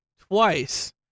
twice